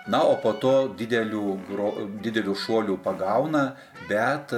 na o po to dideliu gro dideliu šuoliu pagauna bet